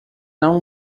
não